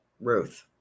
Ruth